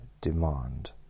demand